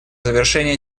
завершения